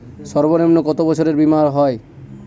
সর্বনিম্ন কত বছরের বীমার হয়?